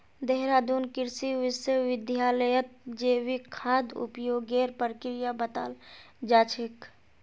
देहरादून कृषि विश्वविद्यालयत जैविक खाद उपयोगेर प्रक्रिया बताल जा छेक